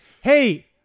Hey